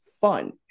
fun